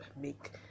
make